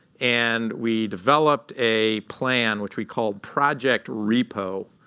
and we developed a plan, which we called project repo,